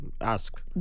ask